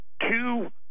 two